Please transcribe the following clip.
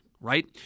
right